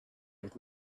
would